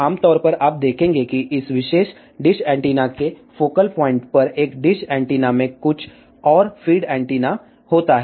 तो आम तौर पर आप देखेंगे कि इस विशेष डिश एंटीना के फोकल प्वाइंट पर एक डिश एंटीना में कुछ और फीड एंटीना होता है